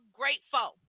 grateful